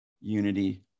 unity